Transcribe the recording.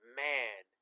man